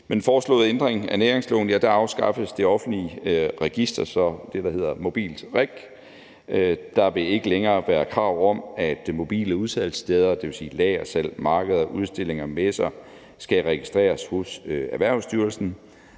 den foreslåede ændring af næringsloven afskaffes det offentlige register så – det, der hedder MobiltReg. Der vil ikke længere være krav om, at mobile udsalgssteder, dvs. lagersalg, markeder, udstillinger, messer, skal registreres hos Erhvervsstyrelsen,